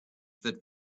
fit